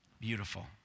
Beautiful